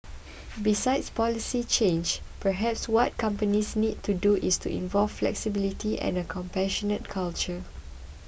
besides policy change perhaps what companies need to do is to develop flexibility and a compassionate culture